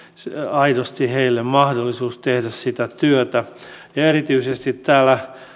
aidosti heille mahdollisuus tehdä sitä työtä erityisesti täällä